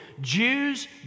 Jews